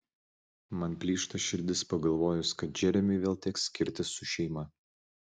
man plyšta širdis pagalvojus kad džeremiui vėl teks skirtis su šeima